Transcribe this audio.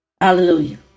hallelujah